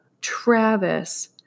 Travis